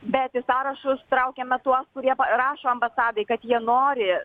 bet į sąrašus traukiame tuos kurie parašo ambasadai kad jie nori